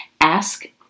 ask